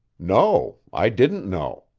no i didn't know.